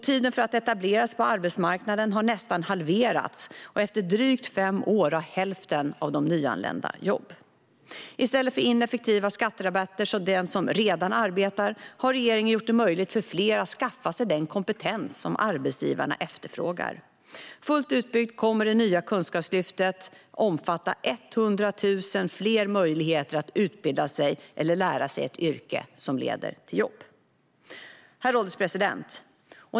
Tiden för att etableras på arbetsmarknaden har nästan halverats. Och efter drygt fem år har hälften av de nyanlända jobb. I stället för ineffektiva skatterabatter för den som redan arbetar har regeringen gjort det möjligt för fler att skaffa sig den kompetens som arbetsgivarna efterfrågar. Fullt utbyggt kommer det nya kunskapslyftet att omfatta 100 000 fler möjligheter att utbilda sig eller lära sig ett yrke som leder till jobb. Herr ålderspresident!